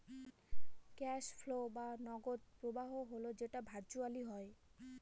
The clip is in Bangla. ক্যাস ফ্লো বা নগদ প্রবাহ হল যেটা ভার্চুয়ালি হয়